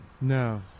no